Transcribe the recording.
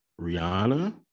Rihanna